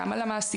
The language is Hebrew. גם על המעסיקים,